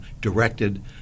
directed